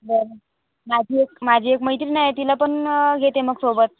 बरं माझी एक माझी एक मैत्रीण आहे तिला पण घेते मग सोबत